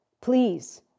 Please